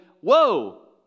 whoa